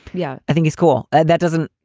yeah, i think he's cool. that doesn't.